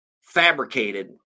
fabricated